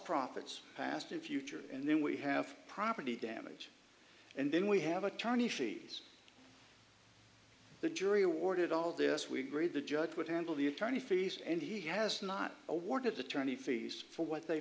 profits past and future and then we have property damage and then we have attorney fees the jury awarded all of this we agreed the judge would handle the attorney fees and he has not awarded attorney fees for what they